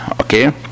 Okay